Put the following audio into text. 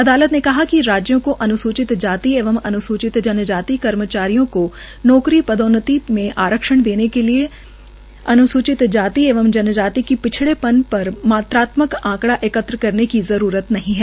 अदालत ने कहा कि राज्यों को अन्सूचित जाति एवं अन्सूचित जनजाति कर्मचारियों को नौकरी पदोन्नति में आरक्षण देने के लिए अन्सूचित जाति अन्सूचित जनजाति की पिछड़ेपन पर मात्रात्मक आंकडा एकत्र करने की जरूरत नहीं है